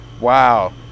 Wow